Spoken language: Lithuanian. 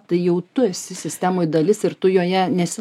tai jau tu esi sistemoj dalis ir tu joje nesi